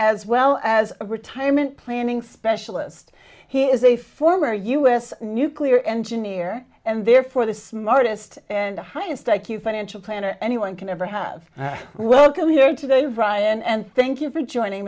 as well as a retirement planning specialist he is a former u s nuclear engineer and therefore the smartest and the highest i q financial planner anyone can ever have welcome here today brian and thank you for joining